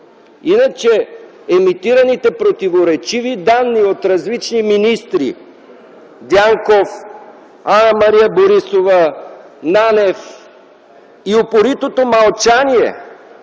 иначе емитираните противоречиви данни от различни министри – Дянков, Анна-Мария Борисова, Нанев, и упоритото мълчание